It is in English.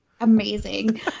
Amazing